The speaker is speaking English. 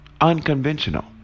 Unconventional